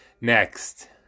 next